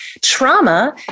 trauma